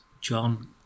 John